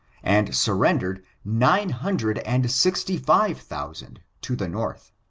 and sur rendered nine hundred and sixty-five thousand to the north.